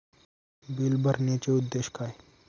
Bill भरण्याचे उद्देश काय?